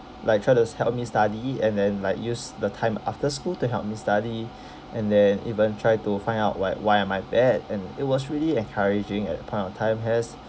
like try to s~ help me study and then like use the time after school to help me study and then even try to find out why why am I bad and it was really encouraging at that point of time as